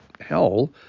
hell